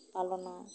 ᱯᱟᱞᱚᱱᱟ